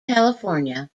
california